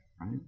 right